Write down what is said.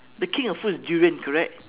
the king of fruits is durian correct